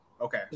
Okay